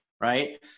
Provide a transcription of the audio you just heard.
right